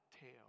tail